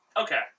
Okay